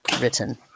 written